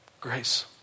Grace